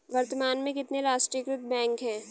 वर्तमान में कितने राष्ट्रीयकृत बैंक है?